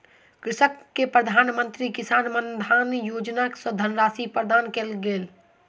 कृषक के प्रधान मंत्री किसान मानधन योजना सॅ धनराशि प्रदान कयल गेल